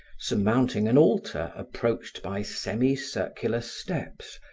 surmounting an altar approached by semi-circular steps,